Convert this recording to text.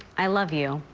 i love you,